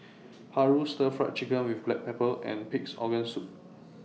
Paru Stir Fried Chicken with Black Pepper and Pig'S Organ Soup